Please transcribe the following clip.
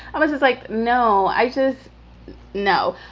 i was just like, no, i just know